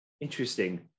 interesting